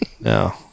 No